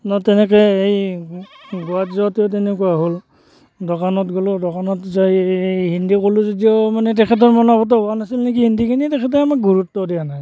তেনেকৈ এই গোৱাত যাওঁতেও তেনেকুৱা হ'ল দোকানত গ'লোঁ দোকানত যাই হিন্দী ক'লোঁ যদিও মানে তেখেতৰ মনমত হোৱা নাছিল নেকি হিন্দীখিনি তেখেতে আমাক গুৰুত্ব দিয়া নাই